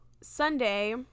Sunday